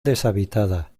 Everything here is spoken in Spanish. deshabitada